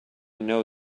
know